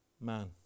Man